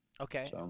Okay